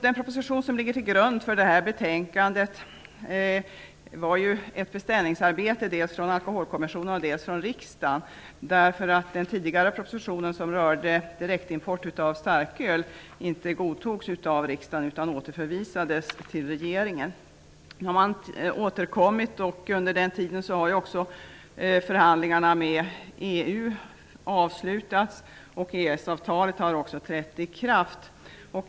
Den proposition som ligger till grund för det här betänkandet var ett beställningsarbete dels från Alkoholkommisssionen, dels från riksdagen. Den tidigare propositionen som rörde direktimport av starköl godtogs inte av riksdagen. Den återförvisades till regeringen. Nu har man återkommit med en proposition. Under tiden har förhandlingarna med EU avslutats och EES-avtalet har trätt i kraft.